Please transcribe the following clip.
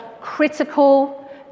critical